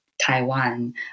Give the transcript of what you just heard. Taiwan